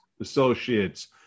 associates